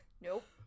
nope